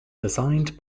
designed